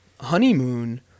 honeymoon